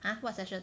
!huh! what session